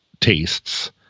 tastes